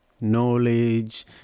knowledge